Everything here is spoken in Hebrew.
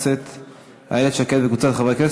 שישה מתנגדים, שני נמנעים.